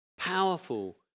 Powerful